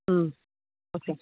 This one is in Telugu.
వచ్చేయి